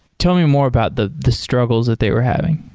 tell me more about the the struggles that they were having.